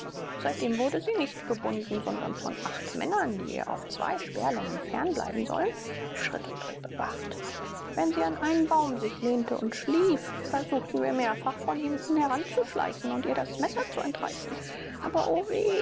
seitdem wurde sie nicht gebunden sondern von acht männern die ihr auf zwei speerlängen fern bleiben sollen auf schritt und tritt bewacht wenn sie an einen baum sich lehnte und schlief versuchten wir mehrfach von hinten heranzuschleichen und ihr das messer zu entreißen aber o weh